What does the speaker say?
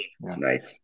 Nice